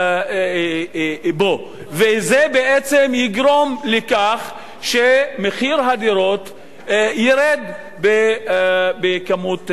זה בעצם יגרום לכך שמחיר הדירות ירד במידה מסוימת.